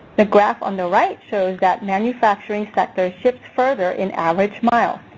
the graph on the right shows that manufacturing sectors shipped further in average miles.